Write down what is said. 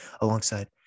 alongside